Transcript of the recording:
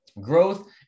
Growth